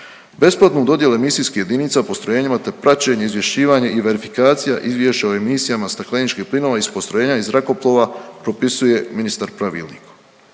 besplatnu dodjelu emisijskih jedinica postrojenjima te praćenje, izvješćivanje i verifikacija izvješća o emisijama stakleničkih plinova iz postrojenja iz zrakoplova propisuje ministar pravilnikom.